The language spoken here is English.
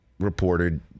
Reported